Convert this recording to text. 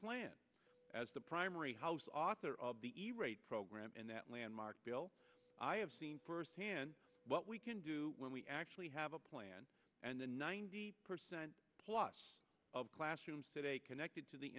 plan as the primary house author of the e rate program and that landmark bill i have seen first hand what we can do when we actually have a plan and the ninety percent plus of classrooms today connected to the